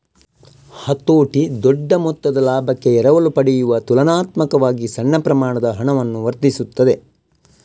ಹತೋಟಿ ದೊಡ್ಡ ಮೊತ್ತದ ಲಾಭಕ್ಕೆ ಎರವಲು ಪಡೆಯುವ ತುಲನಾತ್ಮಕವಾಗಿ ಸಣ್ಣ ಪ್ರಮಾಣದ ಹಣವನ್ನು ವರ್ಧಿಸುತ್ತದೆ